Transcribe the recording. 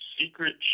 secret